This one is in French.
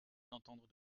d’entendre